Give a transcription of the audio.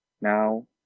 now